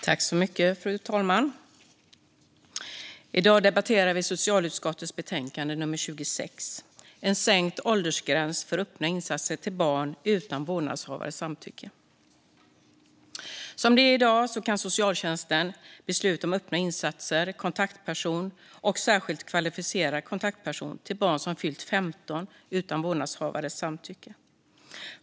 Fru talman! Vi debatterar nu socialutskottets betänkande nummer 26 En sänkt åldersgräns för öppna insatser till barn utan vårdnadshavarens samtycke . Som det är i dag kan socialtjänsten besluta om öppna insatser, kontaktperson och särskilt kvalificerad kontaktperson till barn som fyllt 15 år utan vårdnadshavarens samtycke.